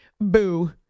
Boo